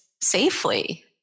safely